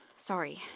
Sorry